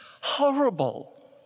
horrible